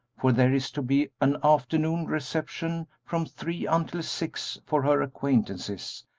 for there is to be an afternoon reception from three until six for her acquaintances,